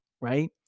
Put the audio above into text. right